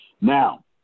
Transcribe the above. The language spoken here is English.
Now